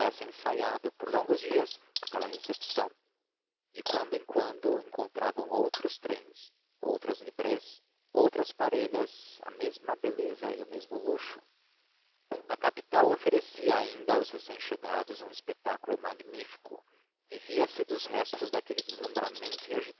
houvessem ensaiado por longos dias aquela recepção de quando em quando encontravam outros trens outras librés outras parelhas a mesma beleza e o mesmo luxo a capital oferecia ainda aos recém chegados um espetáculo magnífico vivia se dos restos daquele deslumbramento